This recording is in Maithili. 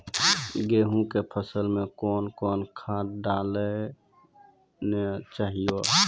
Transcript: गेहूँ के फसल मे कौन कौन खाद डालने चाहिए?